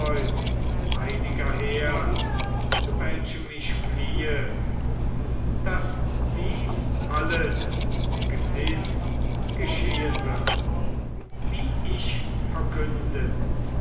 heiliger herd zu welchem ich fliehe daß dies alles gewiß geschehen wird wie ich verkünde